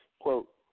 Quote